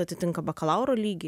atitinka bakalauro lygį